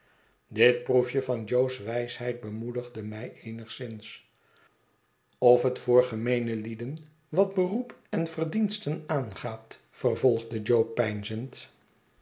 bit proefje van jo's wijsheid bemoedigde mij eenigszins of het voor gemeene lieden wat beroep en verdiensten aangaat vervolgde jo